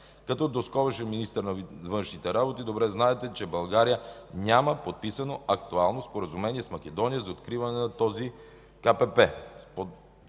Като доскорошен министър на външните работи, добре знаете, че България няма подписано актуално споразумение с Македония за откриване на това КПП.